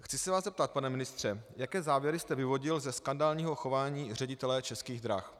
Chci se vás zeptat, pane ministře: Jaké závěry jste vyvodil ze skandálního chování ředitele Českých drah?